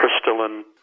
crystalline